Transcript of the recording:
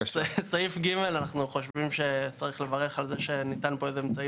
סעיף (ג) אנחנו חושבים שצריך לברך על זה שניתן פה איזה אמצעי